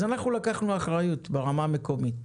אז אנחנו לקחנו אחריות ברמה המקומית,